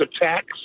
attacks